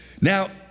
Now